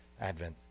Advent